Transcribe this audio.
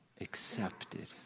accepted